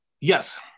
Yes